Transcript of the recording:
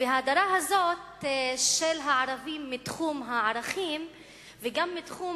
ההדרה הזאת של הערבים מתחום הערכים וגם מתחום